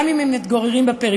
גם אם הם מתגוררים בפריפריה,